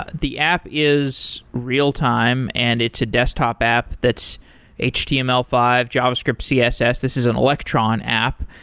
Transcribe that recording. ah the app is real-time and it's a desktop app that's h t m l five, javascript, css, this is an electron app.